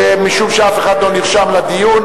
משום שאף אחד לא נרשם לדיון.